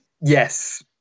Yes